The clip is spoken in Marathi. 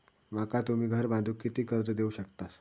माका तुम्ही घर बांधूक किती कर्ज देवू शकतास?